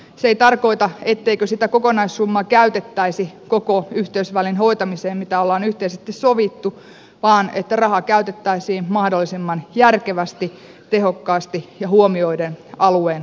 se ei tarkoita etteikö sitä kokonaissummaa käytettäisi koko yhteysvälin hoitamiseen mikä on yhteisesti sovittu vaan että raha käytettäisiin mahdollisimman järkevästi tehokkaasti ja huomioiden alueen kokonaistarpeet